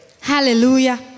Hallelujah